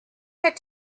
had